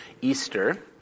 Easter